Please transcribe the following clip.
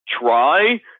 try